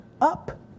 up